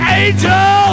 angel